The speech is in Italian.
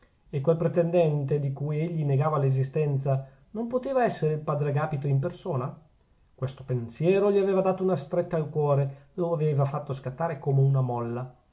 e quel pretendente di cui egli negava l'esistenza non poteva essere il padre agapito in persona questo pensiero gli aveva dato una stretta al cuore lo aveva fatto scattare come una molla